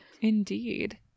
Indeed